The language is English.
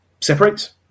separates